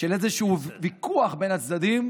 של איזשהו ויכוח בין הצדדים,